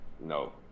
No